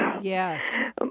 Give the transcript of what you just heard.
Yes